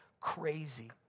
crazy